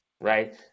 right